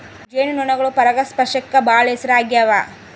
ಜೇನು ನೊಣಗಳು ಪರಾಗಸ್ಪರ್ಶಕ್ಕ ಬಾಳ ಹೆಸರಾಗ್ಯವ